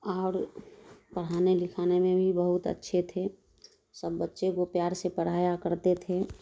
اور پڑھانے لکھانے میں بھی بہت اچھے تھے سب بچے کو پیار سے پڑھایا کرتے تھے